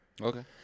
Okay